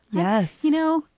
yes, you know,